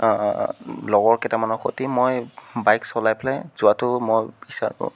লগৰ কেইটামানৰ সৈতে মই বাইক চলাই পেলাই যোৱাতো মই বিচাৰোঁ